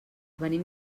venim